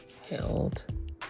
held